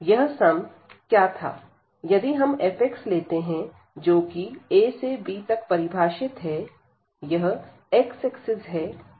यह सम क्या था यदि हम f लेते हैं जो कि a से b तक परिभाषित है यह x एक्सिस है तथा यह y एक्सिस है